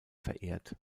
verehrt